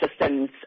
systems